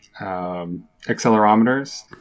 accelerometers